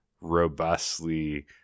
robustly